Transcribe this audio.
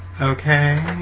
Okay